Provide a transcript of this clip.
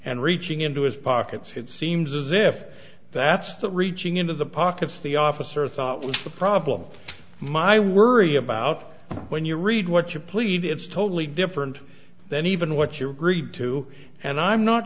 and reaching into his pockets it seems as if that's that reaching into the pockets the officer thought was the problem my worry about when you read what you plead it's totally different than even what you read too and i'm not